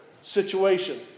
situation